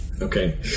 Okay